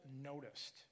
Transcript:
noticed